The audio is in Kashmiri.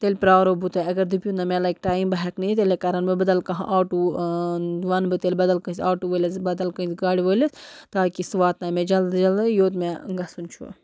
تیٚلہِ پرٛارو بہٕ تۄہہِ اگر دٔپِو نہ مےٚ لَگہِ ٹایِم بہٕ ہٮ۪کہٕ نہٕ یِتھ تیٚلہِ کَرَن بہٕ بدل کانٛہہ آٹوٗ وَنہٕ بہٕ تیٚلہِ بدل کٲنٛسہِ آٹوٗ وٲلِس بدل کُنہِ گاڑِ وٲلِس تاکہِ سُہ واتناے مےٚ جلدی جلدی یوٚت مےٚ گَژھُن چھُ